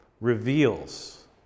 reveals